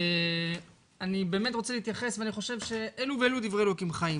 אני חושב שאלו ואלו דברי אלוקים חיים.